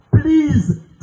Please